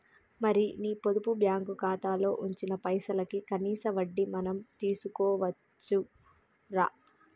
మరి నీ పొదుపు బ్యాంకు ఖాతాలో ఉంచిన పైసలకి కనీస వడ్డీ మనం తీసుకోవచ్చు రా